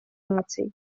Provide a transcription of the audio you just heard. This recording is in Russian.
наций